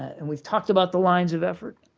and we've talked about the lines of effort.